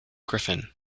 griffin